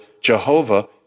Jehovah